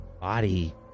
body